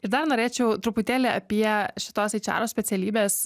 ir dar norėčiau truputėlį apie šitos eičero specialybės